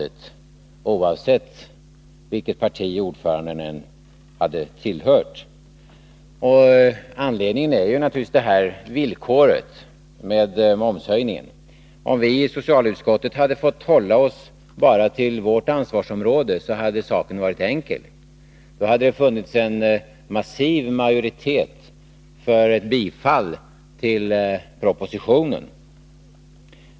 Det hade inte förändrat situationen vilket parti ordföranden än hade tillhört. Anledningen är naturligtvis det villkor om momshöjningen som socialdemokraterna ställt upp. Om vi i socialutskottet hade fått hålla oss bara till vårt ansvarsområde hade saken varit enkel. Då hade det funnits en massiv majoritet för ett bifall till propositionen.